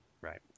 Right